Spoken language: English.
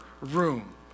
room